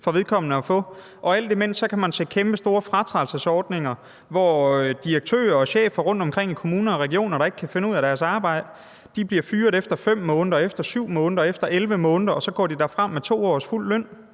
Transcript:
på bare 500 kr. Alt imens kan man se fratrædelsesordninger på kæmpestore beløb, hvor direktører og chefer rundtomkring i kommuner og regioner, der ikke kan finde ud af deres arbejde, bliver fyret efter 5 måneder, efter 7 måneder eller efter 11 måneder, og så går de derfra med 2 års fuld løn.